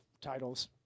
titles